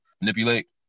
manipulate